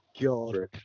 God